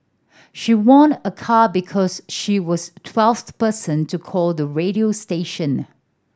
she won a car because she was twelfth person to call the radio station